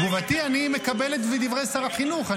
תגובתי, אני מקבל את דברי שר החינוך.